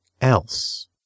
else